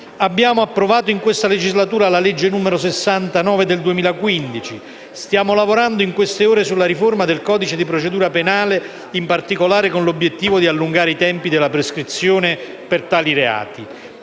Abbiamo approvato in questa legislatura la legge n. 69 del 2015. Stiamo lavorando in queste ore sulla riforma del codice di procedura penale, in particolare con l'obiettivo di allungare i tempi della prescrizione per tali reati.